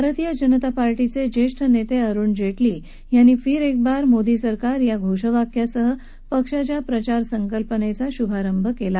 भारतीय जनता पार्टीच उत्पानक्त अरूण जट्मी यांनी फिर एक बार मोदी सरकार या घोषवाक्यासह पक्षाच्या प्रचार संकल्पनक्त शुभारंभ कला